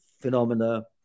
phenomena